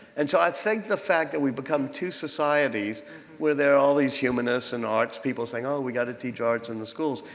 and so i think the fact that we've become two societies where there are all these humanists and arts people saying, oh, we've got to teach art in the schools.